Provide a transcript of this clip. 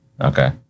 Okay